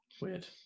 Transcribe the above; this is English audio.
Weird